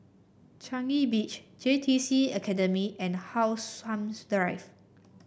Changi Beach J T C Academy and How Sun Drive